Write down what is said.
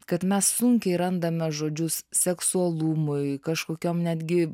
kad mes sunkiai randame žodžius seksualumui kažkokiom netgi